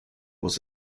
was